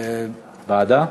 ועדה?